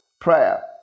Prayer